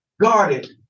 guarded